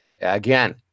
again